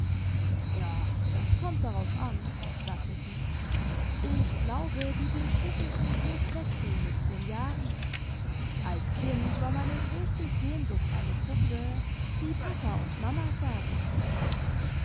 ja das kommt darauf an sagte sie ich glaube die begriffe von glück wechseln mit den jahren als kind war meine größte sehnsucht eine puppe die papa und mama sagen konnte